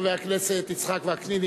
חבר הכנסת יצחק וקנין,